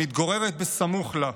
המתגוררת סמוך לה,